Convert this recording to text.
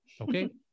Okay